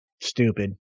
Stupid